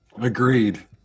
Agreed